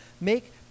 make